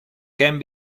can